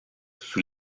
sous